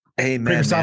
amen